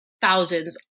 thousands